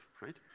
right